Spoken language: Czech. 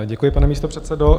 Děkuji, pane místopředsedo.